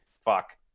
fuck